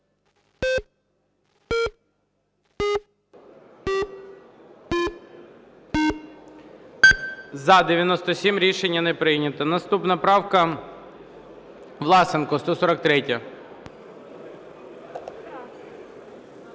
За-97 Рішення не прийнято. Наступна правка Власенка, 143-я.